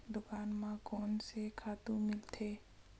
दुकान म कोन से खातु मिलथे?